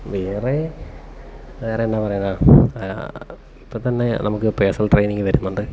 വേറെ വേറെയെന്നാ പറയാനാ ഇപ്പോൾത്തന്നെ നമുക്ക് പേർസണൽ ട്രെയിനിങ്ങ് വരുന്നുണ്ട്